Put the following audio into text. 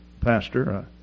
pastor